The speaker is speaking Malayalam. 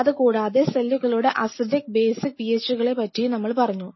അതുകൂടാതെ സെല്ലുകളുടെ അസിഡിക് ബേസിക് PH ക്കളെ പറ്റിയും നമ്മൾ പറഞ്ഞു